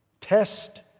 Test